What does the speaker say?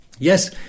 Yes